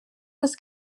was